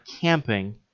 camping